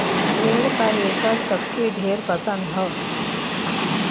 भेड़ क रेसा सबके ढेर पसंद हौ